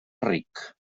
ric